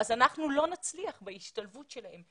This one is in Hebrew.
אנחנו לא נצליח בהשתלבות שלהם.